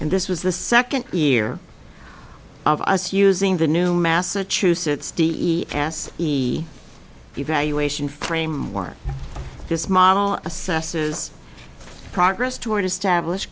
and this was the second year of us using the new massachusetts d e s e evaluation framework this model assesses progress toward establish